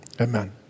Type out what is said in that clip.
Amen